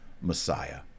Messiah